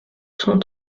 cent